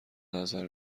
نظر